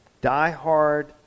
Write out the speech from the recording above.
die-hard